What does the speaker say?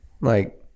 Like-